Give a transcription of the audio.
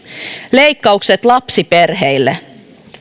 leikkaukset lapsiperheille